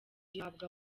gihabwa